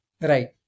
Right